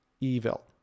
evil